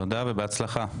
תודה ובהצלחה.